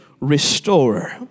restorer